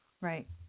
Right